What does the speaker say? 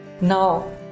Now